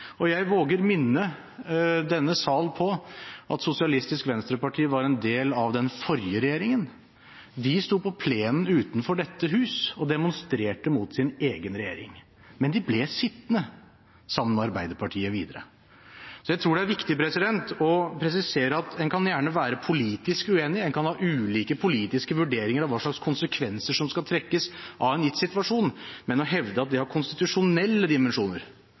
vurdering. Jeg våger minne denne salen om at Sosialistisk Venstreparti var en del av den forrige regjeringen. De sto på plenen utenfor dette huset og demonstrerte mot sin egen regjering. Men de ble sittende sammen med Arbeiderpartiet videre. Jeg tror det er viktig å presisere at en gjerne kan være politisk uenig, en kan ha ulike politiske vurderinger av hva slags konsekvenser som skal trekkes av en gitt situasjon, men å hevde at det har konstitusjonelle dimensjoner,